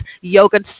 yogurt